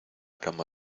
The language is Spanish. cama